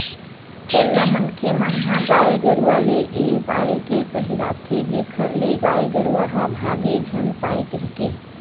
खोल ल मनखे मन ह गाय गरुवा ले ए पाय के पहिराथे जेखर ले गाय गरुवा ह भांगे झन पाय कहिके